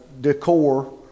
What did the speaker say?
decor